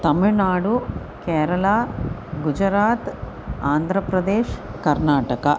तमिळ्नाडुः केरलः गुजरातः आन्ध्रप्रदेशः कर्नाटकः